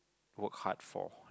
work hard for